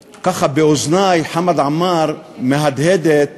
חמד עמאר, באוזני עדיין מהדהדת